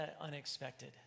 unexpected